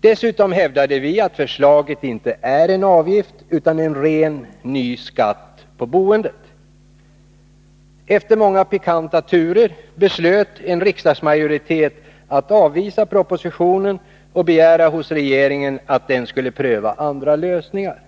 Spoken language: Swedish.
Dessutom hävdade vi att förslaget inte gäller en avgift, utan en ren, ny skatt på boendet. Efter många pikanta turer beslöt en riksdagsmajoritet att avvisa propositionen och begära hos regeringen att den skulle pröva andra lösningar.